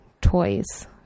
toys